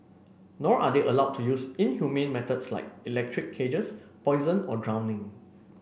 nor are they allowed to use inhumane methods like electric cages poison or drowning